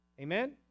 Amen